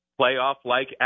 playoff-like